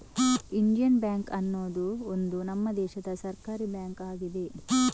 Indian bank ಅನ್ನುದು ಒಂದು ನಮ್ಮ ದೇಶದ ಸರ್ಕಾರೀ ಬ್ಯಾಂಕು ಆಗಿದೆ